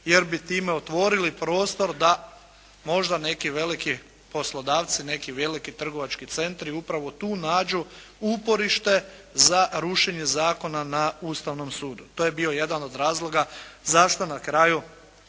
jer bi time otvorili prostor da možda neki veliki poslodavci, neki veliki trgovački centri upravo tu nađu uporište za rušenje zakona na Ustavnom sudu. To je bio jedan od razloga zašto na kraju